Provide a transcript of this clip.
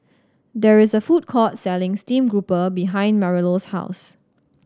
there is a food court selling stream grouper behind Marilou's house